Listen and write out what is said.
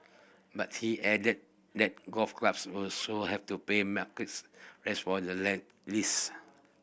but he added that golf clubs would so have to pay markets rates for the lease